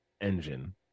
engine